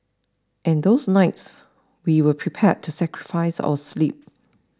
and those nights we were prepared to sacrifice our sleep